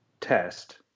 test